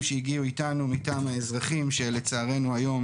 שהגיעו איתנו מטעם האזרחים שלצערנו היום